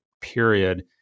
period